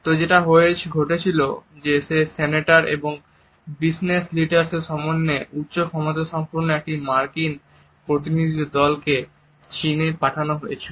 তো যেটা ঘটেছিল যে সেনেটার এবং বিজনেস লিডার্সদের সমন্বয়ে উচ্চক্ষমতাসম্পন্ন একটি মার্কিন প্রতিনিধি দলকে চীনে পাঠানো হয়েছিল